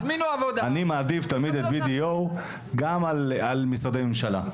אני מעדיף תמיד את BDO גם על משרדי ממשלה.